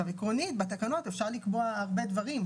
עקרונית בתקנות אפשר לקבוע הרבה דברים.